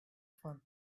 fun